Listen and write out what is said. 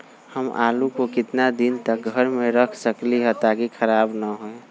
हम आलु को कितना दिन तक घर मे रख सकली ह ताकि खराब न होई?